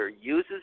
uses